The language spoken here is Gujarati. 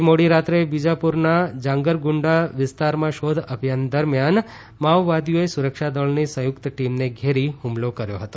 ગઈ મોડી રાત્રે બીજપુરના જાગરગુંડા વિસ્તારમાં શોધ અભિયાન દરમિયાન માઓવાદીઓએ સુરક્ષા દળની સંયુક્ત ટીમને ઘેરી હુમલો કર્યો હતો